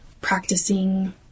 practicing